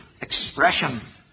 expression